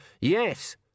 Yes